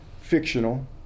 Fictional